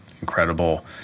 incredible